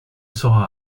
saura